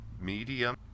medium